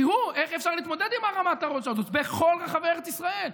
תראו איך אפשר להתמודד עם הרמת הראש הזאת בכל רחבי ארץ ישראל.